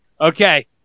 okay